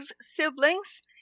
siblings